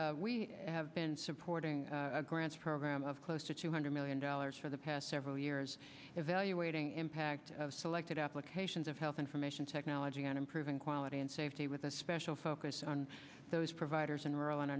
secondly we have been supporting grants program of close to two hundred million dollars for the past several years evaluating impact of selected applications of health information technology and improving quality and safety with a special focus on those providers in rural and